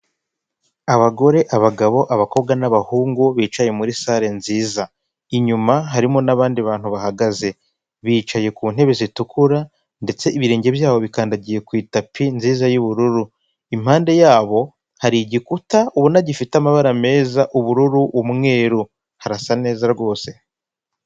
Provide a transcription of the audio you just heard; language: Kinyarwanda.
Abagore, abagabo ,abakobwa n'abahungu bicaye muri sale nziza, inyuma harimo nabandi bantu bahagaze bicaye ku ntebe zitukura ndetse ibirenge byabo bikandagiye ku itapi nziza y'ubururu. Impande yabo hari igikuta ubona gifite amabara meza ubururu, umweru harasa neza rwose.